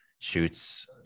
shoots